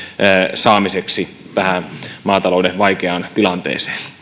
saamiseksi tähän maatalouden vaikeaan tilanteeseen